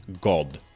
God